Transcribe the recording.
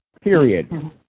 Period